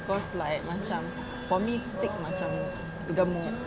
cause like macam for me thick macam gemuk